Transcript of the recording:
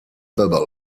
bubbles